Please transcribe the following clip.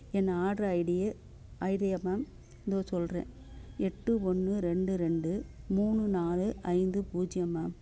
என் order ஐடியை ஐடியா ma'am தோ சொல்கிறேன் எட்டு ஒன்று ரெண்டு ரெண்டு மூணு நாலு ஐந்து பூஜ்ஜியம் மேம்